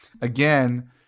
Again